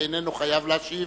ואיננו חייב להשיב,